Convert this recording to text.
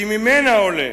כי ממנה עולה